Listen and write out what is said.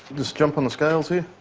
just jump on the scales here.